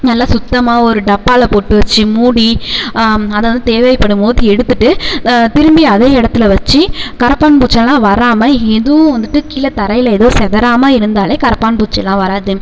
நல்லா சுத்தமாக ஒரு டப்பாவில போட்டு வச்சி மூடி அதை வந்து தேவைப்படும்மோது எடுத்துட்டு திரும்பி அதே இடத்துல வச்சு கரப்பான்பூச்செல்லாம் வராமல் இதுவும் வந்துட்டு கீழே தரையில் எதுவும் சிதறாம இருந்தாலே கரப்பான்பூச்சிலாம் வராது